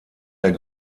der